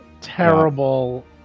terrible